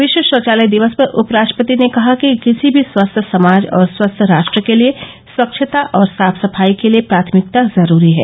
विश्व शौचालय दिवस पर उपराष्ट्रपति ने कहा कि किसी भी स्वस्थ समाज और स्वस्थ राष्ट्र के लिए स्वच्छता और साफ सफाई के लिए प्राथमिकता जरूरी है